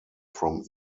from